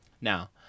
Now